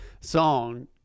song